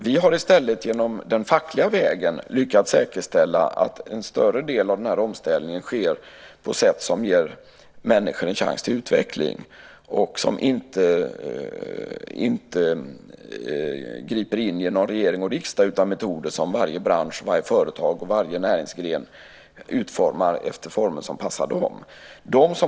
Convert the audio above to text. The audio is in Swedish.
Vi har i stället på den fackliga vägen lyckats säkerställa att en större del av den här omställningen sker på ett sätt som ger människor en chans till utveckling och som inte griper in genom regering och riksdag utan med metoder som varje företag och näringsgren utformar på de sätt som passar dem.